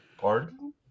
Pardon